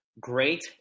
great